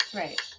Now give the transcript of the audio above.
right